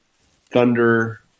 thunder